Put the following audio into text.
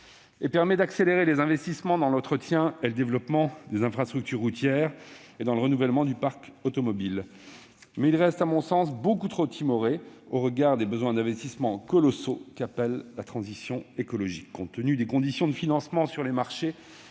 et permet d'accélérer les investissements dans l'entretien et le développement des infrastructures routières ainsi que dans le renouvellement du parc automobile. Mais il reste, à mon sens, beaucoup trop timoré au regard des besoins d'investissement colossaux qu'appelle la transition écologique. Compte tenu des conditions de financement sur les marchés,